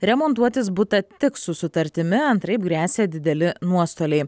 remontuotis butą tik su sutartimi antraip gresia dideli nuostoliai